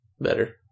better